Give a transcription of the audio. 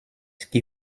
qui